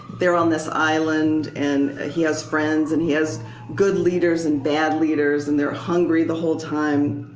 they're on this island and he has friends and he has good leaders and bad leaders and they're hungry the whole time.